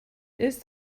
ist